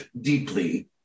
deeply